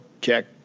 check